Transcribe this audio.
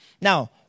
Now